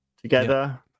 together